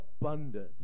abundant